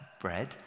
bread